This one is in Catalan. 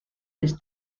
les